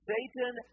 Satan